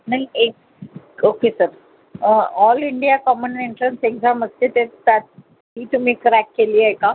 नाही एक okay sir ऑ all India common entrance exam असते ते त्यात ती तुमी क्रॅक केली आहे का